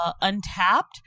Untapped